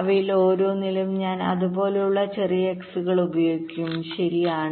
അവയിൽ ഓരോന്നിലും ഞാൻ അതുപോലുള്ള ചെറിയ X കൾ ഉപയോഗിക്കും ശരിയാണ്